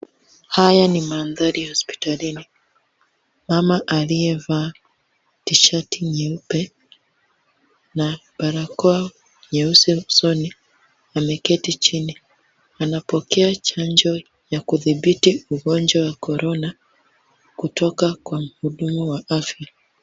Haya ni mandhari ya hospitalini. Mama aliyevaa T-shirt nyeupe na barakoa nyeusi usoni ameketi chini. Anapokea chanjo ya kudhibiti ugonjwa wa Corona , kutoka kwa mhudumu wa afya.